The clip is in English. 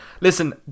Listen